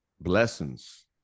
blessings